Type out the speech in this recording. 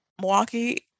Milwaukee